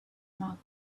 marked